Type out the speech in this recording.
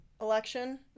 election